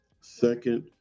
Second